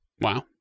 Wow